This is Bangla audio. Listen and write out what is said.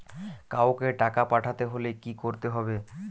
কাওকে টাকা পাঠাতে হলে কি করতে হবে?